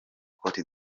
cote